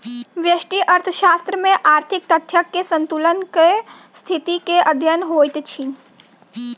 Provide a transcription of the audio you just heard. व्यष्टि अर्थशास्त्र में आर्थिक तथ्यक संतुलनक स्थिति के अध्ययन होइत अछि